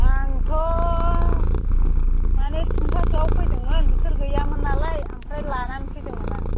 आंथ' मानि थिन्टासोयाव फैदोंमोन बिसोर गैयामोन नालाय ओमफ्राय लानानै फैदोंमोन आं